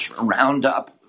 Roundup